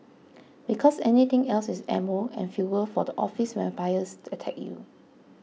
because anything else is ammo and fuel for the office vampires to attack you